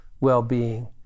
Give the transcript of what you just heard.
well-being